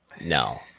no